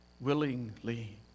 willingly